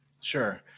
Sure